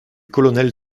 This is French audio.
colonel